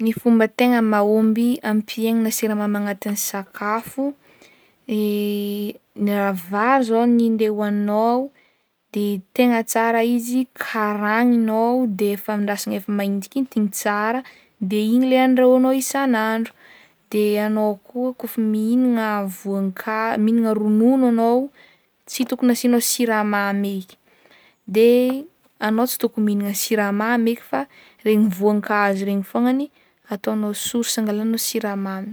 Ny fomba tegna mahomby ampihegnana siramamy agnatin'ny sakafo raha vary zao ny 'ndeha hohaninao de tegna tsara izy karagninao de efa andrasana efa maintinkintiny tsara de igny le andrahoinao isanandro de anao koa kaofa mihignana voanka- mihignana ronono anao tsy tokony asianao siramamy eky, de anao tsy tokony mihignana siramamy eky fa regny voankazo regny fognany ataonao source angalanao siramamy.